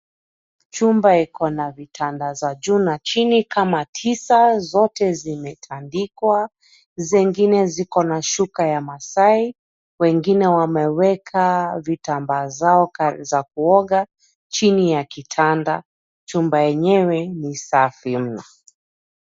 Chumba iko na vitanda za juu na chini kama tisa, zote zimetandikwa, zengine ziko na shuka ya Maasai wengine wameweka vitambaa zao za kuoga, chini ya kitanda. Chumba yenyewe ni safi mno.